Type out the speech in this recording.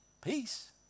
peace